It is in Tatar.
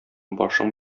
башың